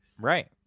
Right